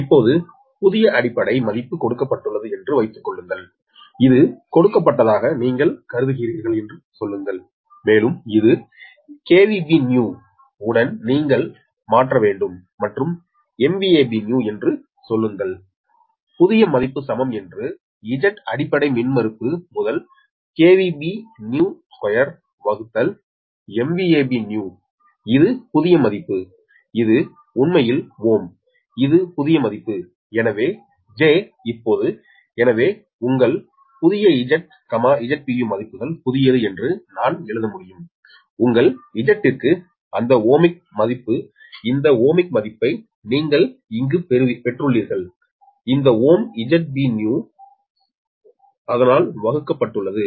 இப்போது புதிய அடிப்படை மதிப்பு கொடுக்கப்பட்டுள்ளது என்று வைத்துக் கொள்ளுங்கள் இது கொடுக்கப்பட்டதாக நீங்கள் கருதுகிறீர்கள் என்று சொல்லுங்கள் மேலும் இந்த B new உடன் நீங்கள் மாற்ற வேண்டும் மற்றும் B new என்று சொல்லுங்கள் புதிய மதிப்பு சமம் என்று Z அடிப்படை மின்மறுப்பு to Bnew2B new இது புதிய மதிப்பு இது உண்மையில் ஓம் இது புதிய மதிப்பு எனவே j இப்போது எனவே உங்கள் புதியத Z Zpu மதிப்புகள் புதியது என்று நான் எழுத முடியும் உங்கள் Z க்கு அந்த ஓமிக் மதிப்பு இந்த ஓமிக் மதிப்பை நீங்கள் இங்கு பெற்றுள்ளீர்கள் இந்த ஓம் ZBnew ஆல் வகுக்கப்பட்டுள்ளது